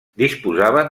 disposaven